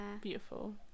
Beautiful